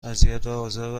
اذیتوآزار